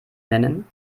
nennen